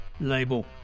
label